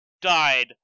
died